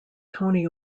tony